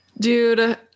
dude